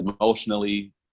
emotionally